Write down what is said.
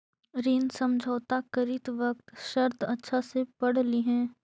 ऋण समझौता करित वक्त शर्त अच्छा से पढ़ लिहें